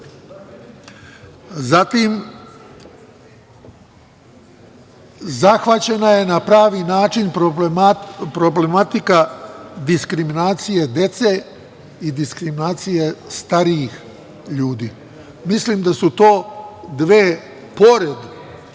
Zatim, zahvaćena je na pravi način problematika diskriminacije dece i diskriminacije starijih ljudi. Mislim da su to, pored